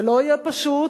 זה לא יהיה פשוט,